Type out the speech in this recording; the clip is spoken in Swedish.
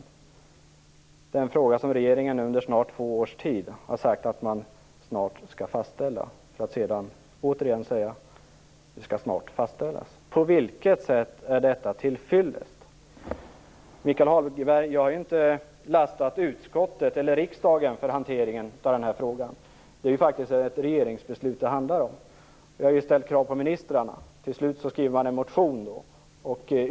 Det är en fråga som regeringen under nästan två års tid har sagt att man snart skall fastställa, för att sedan återigen säga att den snart skall fastställas. På vilket sätt är detta till fyllest? Jag har inte lastat utskottet eller riksdagen för hanteringen av frågan, Michael Hagberg. Det handlar om ett regeringsbeslut. Jag har ställt krav på ministrarna. Till slut skrev jag då en motion.